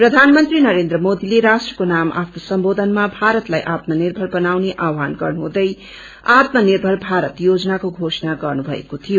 प्रधानमंत्री नरेन्द्रमोदीलेराष्ट्रको नाम आफ्नोसम्बोधनमाभारतलाईआत्मनिर्मरबनाउनेआवहानगर्नुहुँदैआत्मनिर्मरभारत योजनाको घोषणागर्नु मएकोथियो